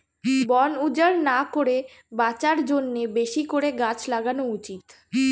বন উজাড় না করে বাঁচার জন্যে বেশি করে গাছ লাগানো উচিত